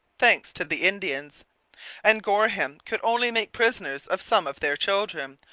thanks to the indians and goreham could only make prisoners of some of their children,